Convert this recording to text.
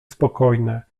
spokojne